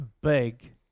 big